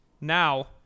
Now